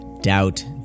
doubt